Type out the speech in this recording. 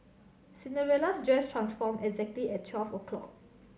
Cinderella's dress transformed exactly at twelve o' clock